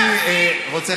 אני רוצה,